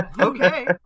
Okay